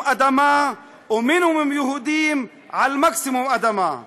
אדמה ומינימום יהודים על מקסימום אדמה.